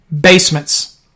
basements